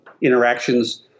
interactions